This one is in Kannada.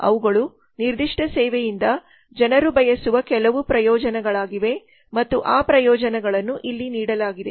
ಅವುಗಳು ನಿರ್ದಿಷ್ಟ ಸೇವೆಯಿಂದ ಜನರು ಬಯಸುವ ಕೆಲವು ಪ್ರಯೋಜನಗಳಾಗಿವೆ ಮತ್ತು ಆ ಪ್ರಯೋಜನಗಳನ್ನು ಇಲ್ಲಿ ನೀಡಲಾಗಿದೆ